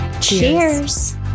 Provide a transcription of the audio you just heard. Cheers